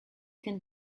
can